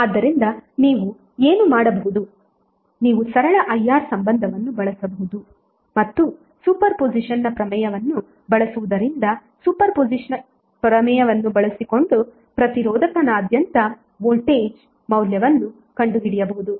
ಆದ್ದರಿಂದ ನೀವು ಏನು ಮಾಡಬಹುದು ನೀವು ಸರಳ Irಸಂಬಂಧವನ್ನು ಬಳಸಬಹುದು ಮತ್ತು ಸೂಪರ್ ಪೊಸಿಷನ್ನ್ ಪ್ರಮೇಯವನ್ನು ಬಳಸುವುದರಿಂದ ಸೂಪರ್ ಪೊಸಿಷನ್ನ್ ಪ್ರಮೇಯವನ್ನು ಬಳಸಿಕೊಂಡು ಪ್ರತಿರೋಧಕ ನಾದ್ಯಂತ ವೋಲ್ಟೇಜ್ ಮೌಲ್ಯವನ್ನು ಕಂಡುಹಿಡಿಯಬಹುದು